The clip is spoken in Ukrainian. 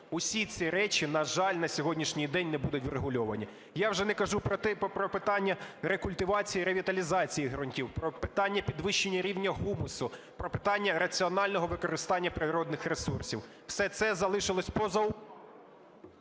Усі ці речі, на жаль, на сьогоднішній день не будуть врегульовані, я вже не кажу про питання рекультивації і ревіталізації ґрунтів, про питання підвищення рівня гумусу, про питання раціонального використання природних ресурсів. Все це залишилось поза…